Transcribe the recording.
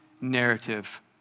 narrative